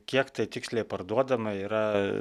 kiek tai tiksliai parduodama yra